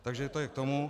Takže to je k tomu.